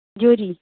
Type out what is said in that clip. ᱡᱚᱨᱤ